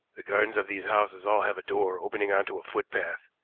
the gardens of these houses all have a door opening onto a footpath,